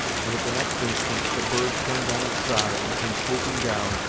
and, at the next instant, the bird turned on its side, and came swooping down,